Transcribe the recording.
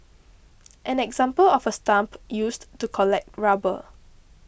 an example of a stump used to collect rubber